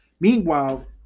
meanwhile